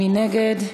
מי נגד?